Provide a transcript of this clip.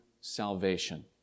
salvation